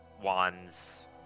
wands